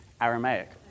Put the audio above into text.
Aramaic